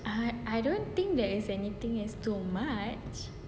I I don't think that's anything is too much